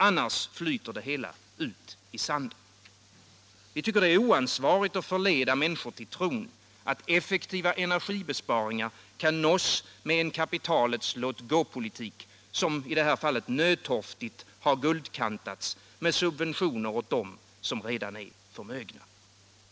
Annars flyter det hela ut i sanden. Vi tycker att det är oansvarigt att förleda människor till tron, att effektiva energibesparingar kan nås med en kapitalets låt-gå-politik, som i det här fallet nödtorftigt har guldkantats med subventioner åt dem som redan är förmögna.